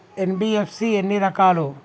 NBFC ఎన్ని రకాలు?